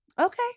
Okay